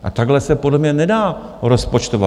A takhle se podle mě nedá rozpočtovat.